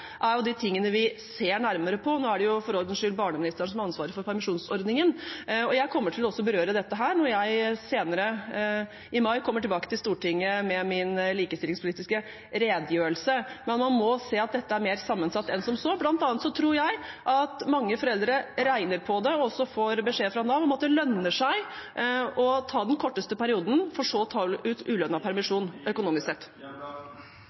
er ting vi ser nærmere på. Nå er det for ordens skyld barneministeren som har ansvar for permisjonsordningen. Jeg kommer også til å berøre dette når jeg i mai kommer tilbake til Stortinget med min likestillingspolitiske redegjørelse, men man må se at dette er mer sammensatt enn som så. Blant annet tror jeg at mange foreldre regner på det og får beskjed fra Nav om at det lønner seg økonomisk å ta den korteste perioden for så å ta ut